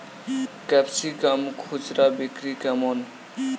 Capsicum খুচরা বিক্রি কেমন?